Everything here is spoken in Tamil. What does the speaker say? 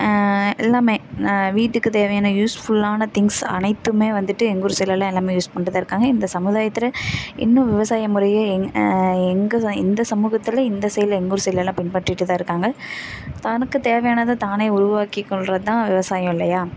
எல்லாம் வீட்டுக்குத் தேவையான யூஸ்ஃபுல்லான திங்ஸ் அனைத்தும் வந்துட்டு எங்கள் ஊர் சைட்லேலாம் எல்லாம் யூஸ் பண்ணிட்டு தான் இருக்காங்க இந்த சமுதாயத்தில் இன்னும் விவசாய முறையே எங் எங்கள் ச இந்த சமூகத்தில் இந்த சைட்டில் எங்கள் ஊர் சைட்லேலாம் பின்பற்றிட்டு தான் இருக்காங்க தனக்கு தேவையானதை தானே உருவாக்கி கொள்கிறது தான் விவசாயம் இல்லையா